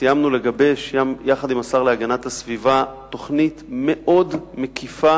סיימנו יחד עם השר להגנת הסביבה תוכנית מאוד מקיפה